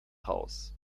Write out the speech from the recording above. haus